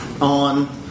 on